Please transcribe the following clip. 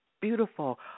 beautiful